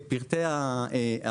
את פרטי הבנק,